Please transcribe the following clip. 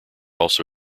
also